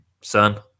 son